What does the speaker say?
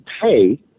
pay